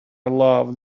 love